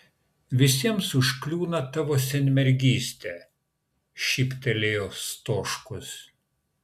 visiems užkliūna tavo senmergystė šyptelėjo stoškus